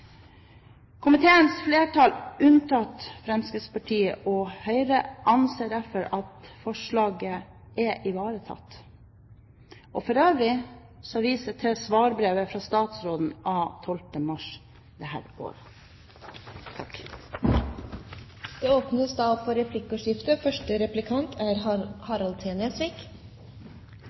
Komiteens flertall, alle unntatt Fremskrittspartiet og Høyre, anser derfor at det som forslagsstillerne ber om i forslaget, er ivaretatt. For øvrig viser jeg til svarbrev fra statsråden av 12. mars d.å. Det åpnes for replikkordskifte. Først og fremst vil jeg si at det er